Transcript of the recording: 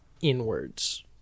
inwards